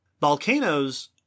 volcanoes